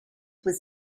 was